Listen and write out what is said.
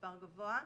מספר גבוה.